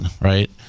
right